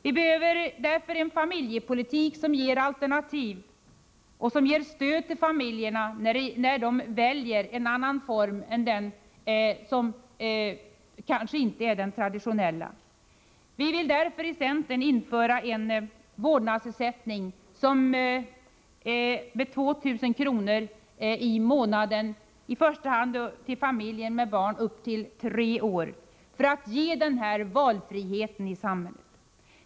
Vi behöver därför en familjepolitik som ger alternativ och som ger stöd till familjerna när de väljer en annan form än den traditionella. Vi vill inom centern införa en vårdnadsersättning med 2 000 kr. i månaden i första hand till familjer med barn upp till tre år för att ge valfrihet i samhället.